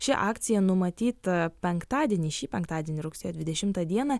ši akcija numatyta penktadienį šį penktadienį rugsėjo dvidešimtą dieną